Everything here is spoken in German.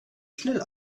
schnell